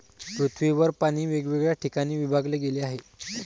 पृथ्वीवर पाणी वेगवेगळ्या ठिकाणी विभागले गेले आहे